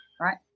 right